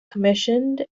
commissioned